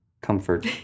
comfort